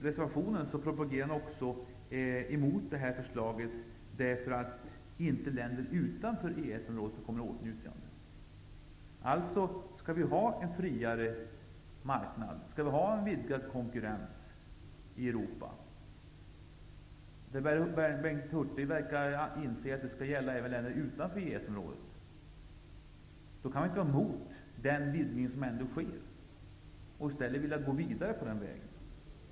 Han propagerar också emot förslaget därför att länder utanför EES området inte kommer i åtnjutande av fördelar. Skall vi ha en friare marknad? Skall vi ha en vidgad konkurrens i Europa? Bengt Hurtig verkar anse att det även skall gälla länder utanför EES-området. Han kan väl inte vara emot den vidgning som nu sker och i stället vilja gå vidare på den vägen?